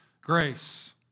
grace